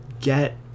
get